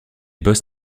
boss